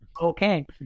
Okay